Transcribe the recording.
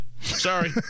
Sorry